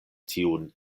tiun